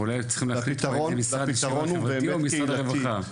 ואולי צריכים להחליט האם זה המשרד לשוויון חברתי או משרד הרווחה?